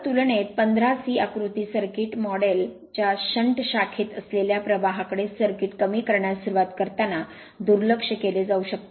तर तुलनेत 15C आकृती सर्किट मॉडेल च्या शंट शाखेत असलेल्या प्रवाहाकडे सर्किट कमी करण्यास सुरवात करताना दुर्लक्ष केले जाऊ शकते